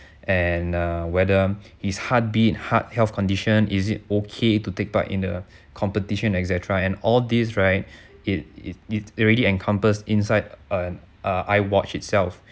and err whether his heartbeat heart health condition is it okay to take part in the competition et cetera and all these right it is it already encompass inside err err iwatch itself